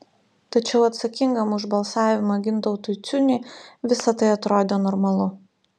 tačiau atsakingam už balsavimą gintautui ciuniui visa tai atrodė normalu